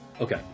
Okay